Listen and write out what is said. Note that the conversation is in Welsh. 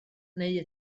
neu